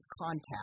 contact